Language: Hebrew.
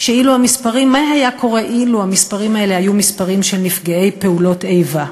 מה היה קורה אילו המספרים האלה היו מספרים של נפגעי פעולות איבה.